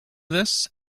this